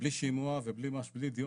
בלי שימוע ובלי דיון.